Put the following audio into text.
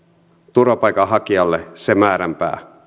turvapaikanhakijalle se määränpäämaa